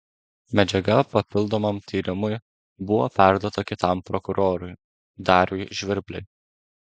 medžiaga papildomam tyrimui buvo perduota kitam prokurorui dariui žvirbliui